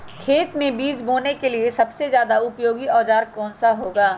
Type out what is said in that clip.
खेत मै बीज बोने के लिए सबसे ज्यादा उपयोगी औजार कौन सा होगा?